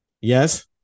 Yes